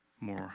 more